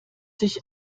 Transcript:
sich